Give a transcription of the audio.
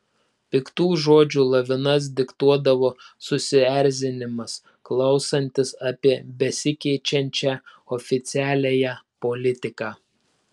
piktų žodžių lavinas diktuodavo susierzinimas klausantis apie besikeičiančią oficialiąją politiką